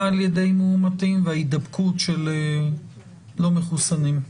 על ידי מאומתים וההידבקות של לא מחוסנים?